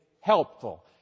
helpful